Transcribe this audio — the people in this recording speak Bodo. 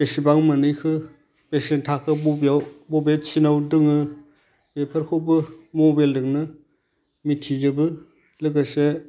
बेसेबां मोनहैखो बेसेन थाखो बबेयाव बबे थिनाव दङो बेफोरखौबो मबेलदोंनो मिथिजोबो लोगोसे